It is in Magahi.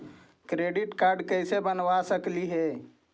क्रेडिट कार्ड कैसे बनबा सकली हे?